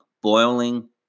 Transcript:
boiling